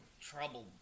trouble